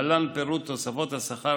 להלן פירוט תוספות השכר